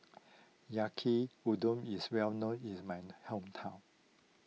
Yaki Udon is well known is my hometown